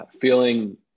feeling